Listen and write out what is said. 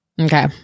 Okay